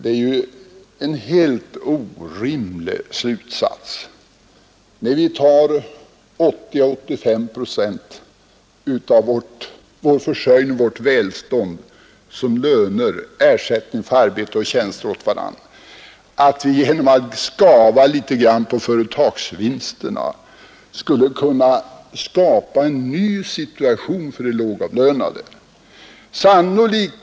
Det är ju en helt orimlig slutsats, när vi tar 80 å 85 procent av vårt välstånd som löner — ersättning för arbete och tjänster åt varandra — att vi genom att skava litet på företagsvinsterna skulle kunna skapa en ny situation för de lågavlönade.